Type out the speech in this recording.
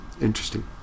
interesting